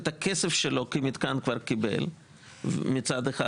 את הכסף שלו כמתקן כבר קיבל מצד אחד,